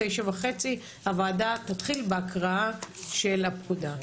בשלישי ב-9:30 הוועדה תתחיל בהקראה של הפקודה.